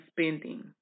spending